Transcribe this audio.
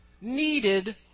needed